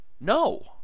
No